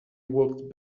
walked